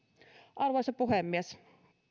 arvoisa puhemies